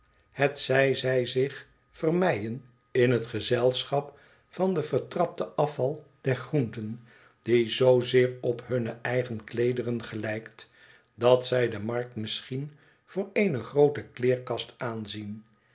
uitventers hetzij ti zich vermeien in het gezelschap van den vertrapten afval der groenten die zoozeer op hunne eigen kleederen gelijk dat zij de markt misschien voor eene groote kleerkast aanzien